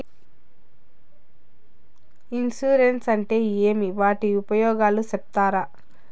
Insurance అంటే ఏమి? వాటి ఉపయోగాలు సెప్తారా?